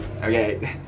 okay